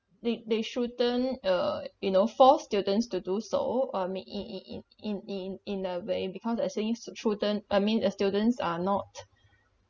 they they shouldn't uh you know force students to do so I mean in in in in in in in in a way because like you say use to shouldn't I mean uh students are not